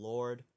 Lord